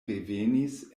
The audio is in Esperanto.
revenis